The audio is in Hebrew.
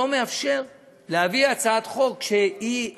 הנומרטור לא מאפשר להביא הצעת חוק תקציבית